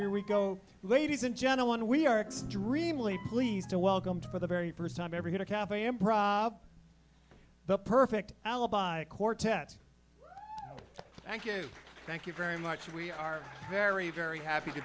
here we go ladies and gentlemen we are extremely pleased to welcome for the very first time ever going to happen the perfect alibi quartet thank you thank you very much we are very very happy to